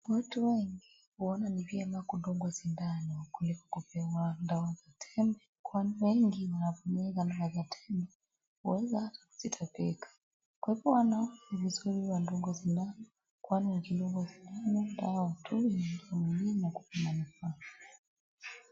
Watu wengi huona ni vyema kudungwa sindano kuliko kupewa dawa za tembe. Kwani wengi wanavumilia kumeza tembe, huweza hata kusitapika. Kwa hivyo wanaona ni vizuri wadungwe sindano, kwani wakidungwa sindano ni dawa tu yenye mwilini na kupona ni haraka.